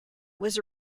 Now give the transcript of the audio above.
was